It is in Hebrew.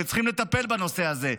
וצריכים לטפל בנושא הזה.